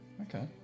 Okay